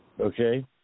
Okay